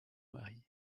mari